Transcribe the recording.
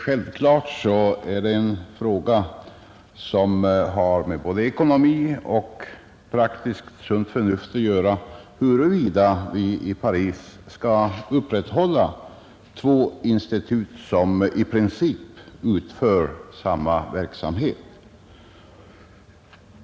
Självklart är det en fråga, som har med både ekonomi och praktiskt sunt förnuft att göra, huruvida vi i Paris skall upprätthålla två institut som i princip bedriver samma verksamhet.